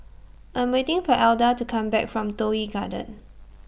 I'm waiting For Alda to Come Back from Toh Yi Garden